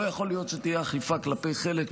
לא יכול להיות שתהיה אכיפה כלפי חלק,